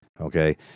Okay